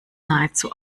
nahezu